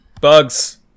Bugs